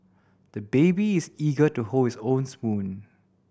the baby is eager to hold his own spoon